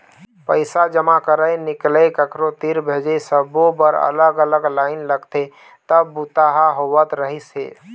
पइसा जमा करई, निकलई, कखरो तीर भेजई सब्बो बर अलग अलग लाईन लगथे तब बूता ह होवत रहिस हे